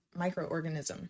microorganism